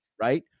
right